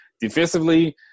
Defensively